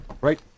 right